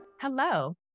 Hello